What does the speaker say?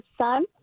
son